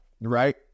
right